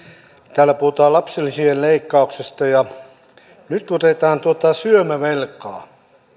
täällä puhutaan lapsilisien leikkauksesta ja nyt otetaan syömävelkaa